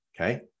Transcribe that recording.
okay